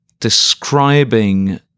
describing